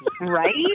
Right